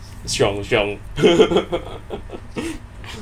hiong hiong